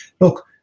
look